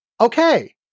Okay